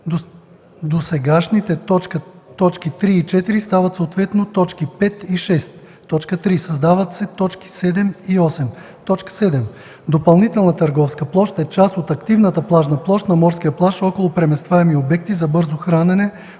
Досегашните т. 3 и 4 стават съответно т. 5 и 6. 3. Създават се т. 7 и 8: „7. „Допълнителна търговска площ” е част от активната плажна площ на морския плаж около преместваеми обекти за бързо хранене